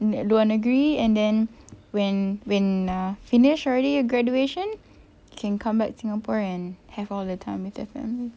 luar negeri and then when when uh finish already graduation can come back singapore and have all the time with the family